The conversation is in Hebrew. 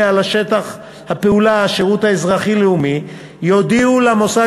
על שטח הפעולה השירות האזרחי-לאומי יודיעו למוסד